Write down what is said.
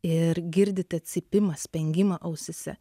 ir girdite cypimą spengimą ausyse